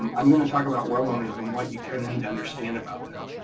i'm gonna talking about well owners and what you kinda need to understand about them.